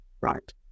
right